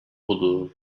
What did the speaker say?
budur